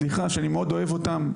סליחה שאני מאוד אוהב אותם,